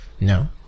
No